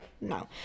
No